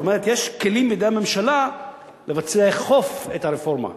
זאת אומרת, יש כלים בידי הממשלה לאכוף את הרפורמה.